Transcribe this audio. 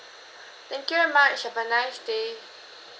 thank you very much have a nice day